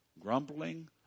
grumbling